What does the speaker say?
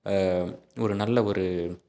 ஒரு நல்ல ஒரு